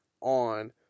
on